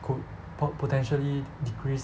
could po~ potentially decrease